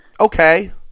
Okay